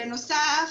בנוסף,